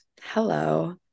hello